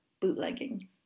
bootlegging